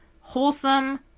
wholesome